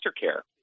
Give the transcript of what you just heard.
care